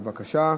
בבקשה.